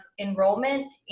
enrollment